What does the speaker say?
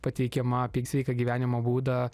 pateikiama apie sveiką gyvenimo būdą